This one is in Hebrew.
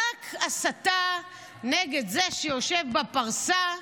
רק הסתה נגד זה שיושב בפרסה,